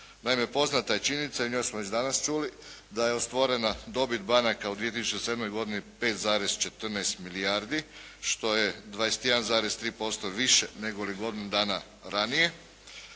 Naime, poznata je činjenica i nju smo već danas čuli, da je ostvarena dobit banaka u 2007. godini 5,14 milijardi što je 21,3% više nego li godinu dana ranije.